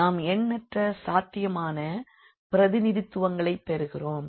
நாம் எண்ணற்ற சாத்தியமான பிரதிநிதித்துவங்களை பெறுகிறோம்